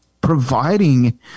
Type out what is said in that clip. providing